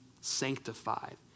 sanctified